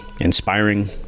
inspiring